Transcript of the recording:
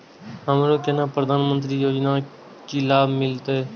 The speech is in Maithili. हमरो केना प्रधानमंत्री योजना की लाभ मिलते?